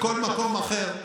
בכל מקום אחר,